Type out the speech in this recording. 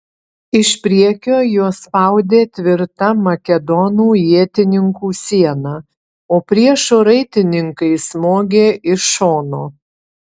iš priekio juos spaudė tvirta makedonų ietininkų siena o priešo raitininkai smogė iš šono